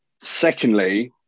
Secondly